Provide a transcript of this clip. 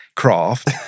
Craft